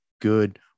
good